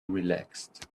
relaxed